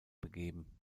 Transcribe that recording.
begeben